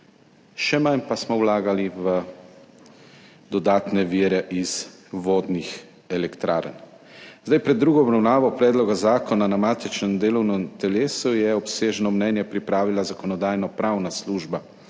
še manj pa smo vlagali v dodatne vire iz vodnih elektrarn. Pred drugo obravnavo predloga zakona na matičnem delovnem telesu je obsežno mnenje pripravila Zakonodajno-pravna služba,